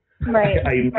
right